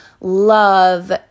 love